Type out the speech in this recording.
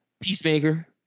Peacemaker